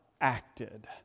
acted